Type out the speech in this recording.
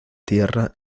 tierra